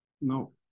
no